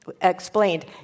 Explained